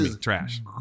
trash